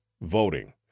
voting